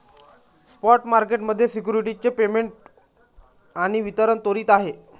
spot market मध्ये securities चे payment आणि वितरण त्वरित आहे